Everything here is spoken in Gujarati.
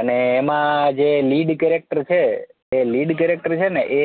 અને એમાં જે લીડ કેરેક્ટર છે એ લીડ કેટેક્ટર છે ને એ